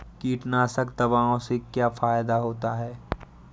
कीटनाशक दवाओं से क्या फायदा होता है?